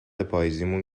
پاییزیمون